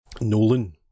Nolan